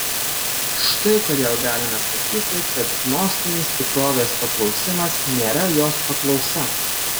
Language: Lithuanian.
štai kodėl galime sakyti kad gnostinis tikrovės paklausimas nėra jos paklausa